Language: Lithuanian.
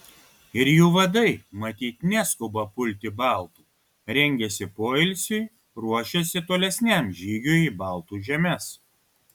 ir jų vadai matyt neskuba pulti baltų rengiasi poilsiui ruošiasi tolesniam žygiui į baltų žemes